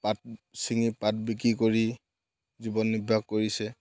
পাত ছিঙি পাত বিক্ৰী কৰি জীৱন নিৰ্বাহ কৰিছে